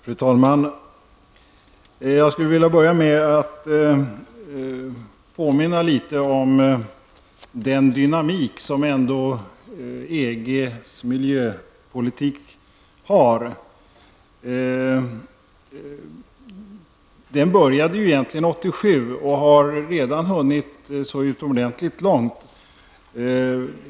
Fru talman! Jag skulle vilja börja med att påminna litet om den dynamik som ändå finns i EGs miljöpolitik. Den började egentligen 1987 och har redan hunnit mycket långt.